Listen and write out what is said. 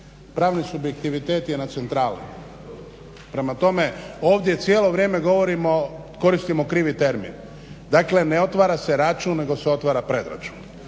Pravni subjektivitet je na centrali. Prema tome, ovdje cijelo vrijeme govorimo, koristimo krivi termin. Dakle, ne otvara se račun, nego se otvara predračun.